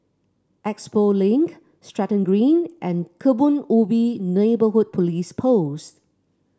Expo Link Stratton Green and Kebun Ubi Neighbourhood Police Post